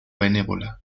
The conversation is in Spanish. benévola